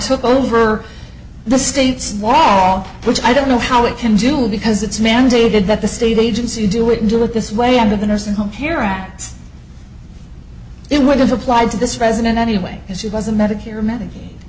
took over the state's wall which i don't know how it can do because it's mandated that the state agency do it until it this way into the nursing home care act it would have applied to this resident anyway and she was a medicare medicaid